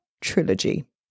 Trilogy